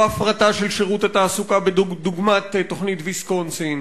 לא הפרטה של שירות התעסוקה דוגמת תוכנית ויסקונסין